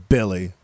Billy